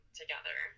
together